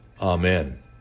Amen